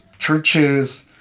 churches